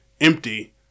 empty